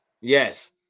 Yes